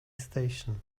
station